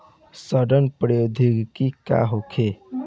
सड़न प्रधौगिकी का होखे?